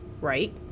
right